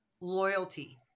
loyalty